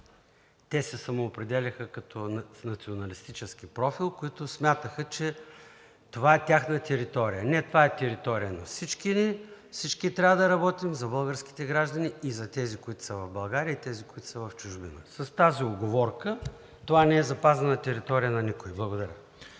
самоопределящи се с националистически профил, които смятаха, че това е тяхна територия. Не, това е територия на всички ни. Всички трябва да работим за българските граждани, за тези, които са в България, и за тези, които са в чужбина – с тази уговорка. Това не е запазена територия на никой! Благодаря.